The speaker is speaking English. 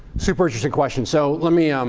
super interesting question. so let me um